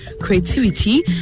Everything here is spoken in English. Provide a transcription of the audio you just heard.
creativity